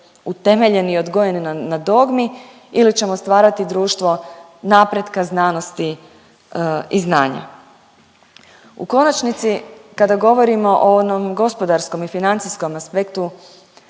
utemeljeni i odgojeni na dogmi ili ćemo stvarati društvo napretka, znanosti i znanja? U konačnici kada govorimo o onom gospodarskom i financijskom aspektu,